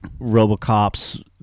RoboCop's